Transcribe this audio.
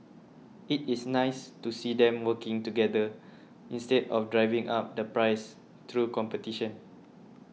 it is nice to see them working together instead of driving up the price through competition